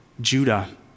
Judah